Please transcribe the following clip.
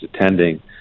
attending